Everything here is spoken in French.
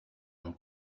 mon